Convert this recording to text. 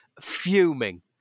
fuming